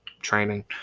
training